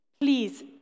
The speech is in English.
please